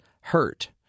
hurt